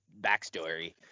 backstory